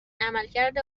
عملکرد